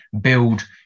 build